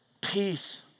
Peace